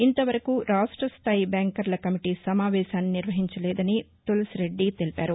ఇంతవరకు రాష్టస్దాయి బ్యాంకర్ల కమిటీ సమావేశాన్ని నిర్వహించలేదని తులసి రెడ్డి తెలిపారు